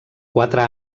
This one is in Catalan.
quatre